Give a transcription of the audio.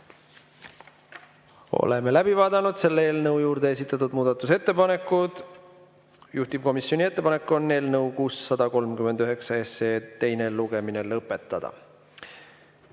Oleme läbi vaadanud selle eelnõu kohta esitatud muudatusettepanekud. Juhtivkomisjoni ettepanek on eelnõu 639 teine lugemine lõpetada.